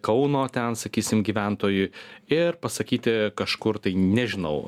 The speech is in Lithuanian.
kauno ten sakysim gyventojui ir pasakyti kažkur tai nežinau